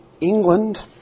England